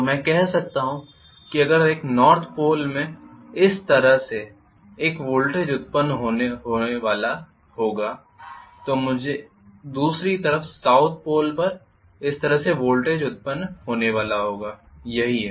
तो मैं कह सकता हूं कि अगर एक नॉर्थ पोल में इस तरह से एक वोल्टेज उत्पन्न होने वाला होगा तो मुझे दूसरी तरफ साउथ पोल पर इस तरह से वोल्टेज उत्पन्न होने वाले होगा यही है